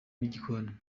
n’igikoni